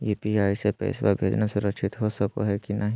UPI स पैसवा भेजना सुरक्षित हो की नाहीं?